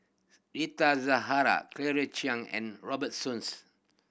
Rita Zahara Claire Chiang and Robert Soon